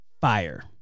fire